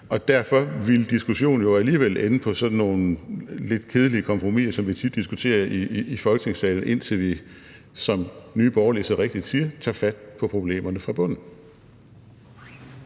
Derfor ville diskussionen jo alligevel ende med sådan nogle lidt kedelige kompromisser, som vi tit diskuterer i Folketingssalen, indtil vi, som Nye Borgerlige så rigtigt siger, tager fat på problemerne fra bunden.